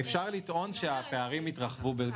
אפשר לטעון שהפערים התרחבו בזמן הקורונה.